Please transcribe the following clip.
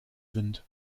sind